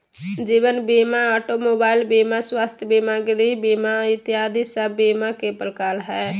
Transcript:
जीवन बीमा, automobile बीमा, स्वास्थ्य बीमा, गृह बीमा इत्यादि सब बीमा के प्रकार हय